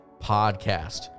Podcast